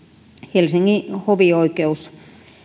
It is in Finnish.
helsingin hovioikeus